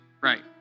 right